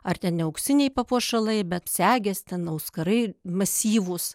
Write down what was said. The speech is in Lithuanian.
ar ten neauksiniai papuošalai bet segės ten auskarai masyvūs